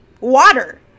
water